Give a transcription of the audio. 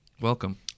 welcome